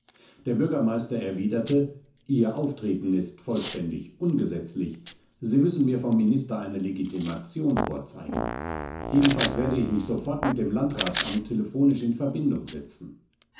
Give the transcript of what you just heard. der bürgermeister erwiderte ihr auftreten ist vollständig ungesetzlich sie müssen mir vom minister eine legitimation vorzeigen jedenfalls werde ich mich sofort mit dem landratsamt telephonisch in verbindung setzen